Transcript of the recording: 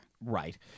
Right